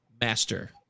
master